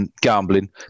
Gambling